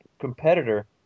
competitor